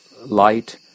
light